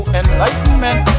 enlightenment